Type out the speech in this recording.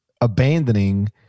abandoning